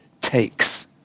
takes